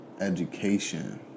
education